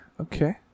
Okay